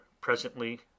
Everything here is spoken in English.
presently